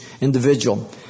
individual